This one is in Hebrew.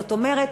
זאת אומרת,